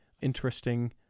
interesting